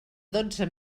dotze